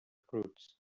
prudes